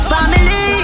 Family